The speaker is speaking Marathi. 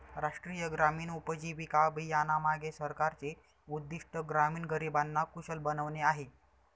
राष्ट्रीय ग्रामीण उपजीविका अभियानामागे सरकारचे उद्दिष्ट ग्रामीण गरिबांना कुशल बनवणे आहे